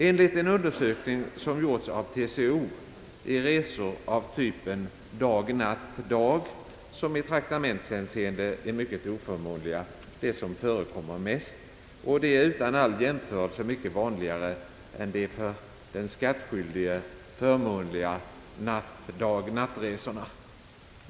Enligt en undersökning som gjorts av TCO är resor av typen dag-natt-dag, som i traktamentshänseende är mycket oförmånliga, de som förekommer mest, och de är utan all jämförelse mycket vanligare än de för den skattskyldige förmånliga natt-dag-natt-resorna.